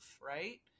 right